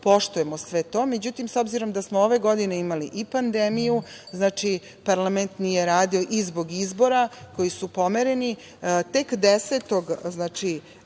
poštujemo sve to. Međutim, s obzirom da smo ove godine imali i pandemiju, parlament nije radio i zbog izbora koji su pomereni, tek 10.07. smo